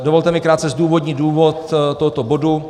Dovolte mi krátce zdůvodnit důvod tohoto bodu.